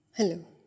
Hello